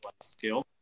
skill